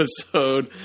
episode